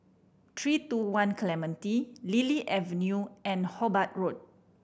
Three Two One Clementi Lily Avenue and Hobart Road